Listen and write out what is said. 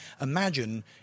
Imagine